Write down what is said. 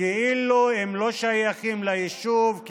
כאילו הם לא שייכים ליישוב,